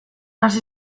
hasi